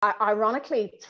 Ironically